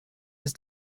ist